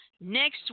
Next